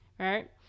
right